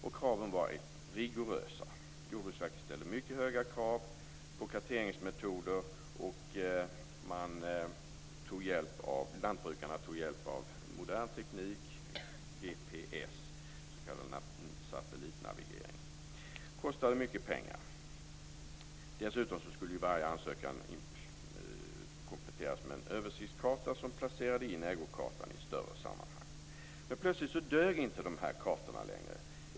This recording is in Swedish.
Kraven var rigorösa. Jordbruksverket ställde mycket höga krav på karteringsmetoder, och lantbrukarna tog hjälp av modern teknik i form av GPS, s.k. satellitnavigering. Det kostade mycket pengar. Dessutom skulle varje ansökan kompletteras med en översiktskarta som placerade in ägokartan i ett större sammanhang. Plötsligt dög inte de här kartorna längre.